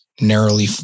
narrowly